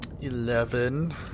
Eleven